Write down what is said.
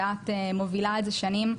ואת מובילה את זה שנים.